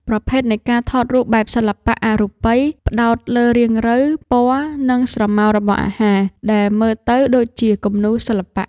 ប្រភេទនៃការថតរូបបែបសិល្បៈអរូបិយ ផ្ដោតលើរាងរៅ ពណ៌ និងស្រមោលរបស់អាហារ ដែលមើលទៅដូចជាគំនូរសិល្បៈ។